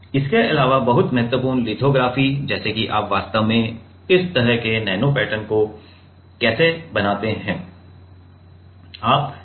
इसके अलावा बहुत महत्वपूर्ण लिथोग्राफी जैसे कि आप वास्तव में इस तरह के नैनो पैटर्न को कैसे बनाते हैं